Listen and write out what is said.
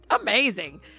amazing